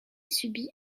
subit